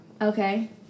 Okay